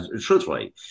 truthfully